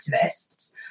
activists